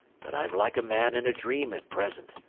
but i'm like a man in a dream at present.